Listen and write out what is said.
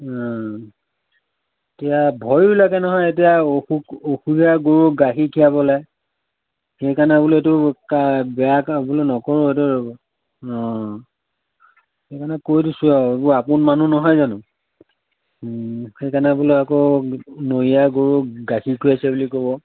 এতিয়া ভয়ো লাগে নহয় এতিয়া অসুখীয়া গৰু গাখীৰ খীৰাবলৈ সেইকাৰণে কাম বোলো এইটো বেয়া কাম বোলো নকৰোঁ অঁ সেইকাৰণে কৈ দিছোঁ আৰু এইবোৰ আপোন মানুহ নহয় জানো সেইকাৰণে বোলো আকৌ নৰীয়া গৰুৰ গাখীৰ খুৱাইছে বুলি ক'ব